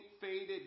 faded